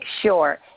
Sure